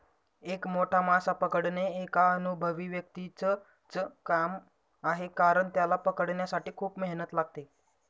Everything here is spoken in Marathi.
एक मोठा मासा पकडणे एका अनुभवी व्यक्तीच च काम आहे कारण, त्याला पकडण्यासाठी खूप मेहनत लागते